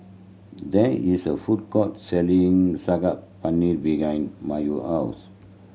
there is a food court selling Saag Paneer behind Mayo house